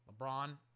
LeBron